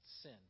sin